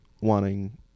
wanting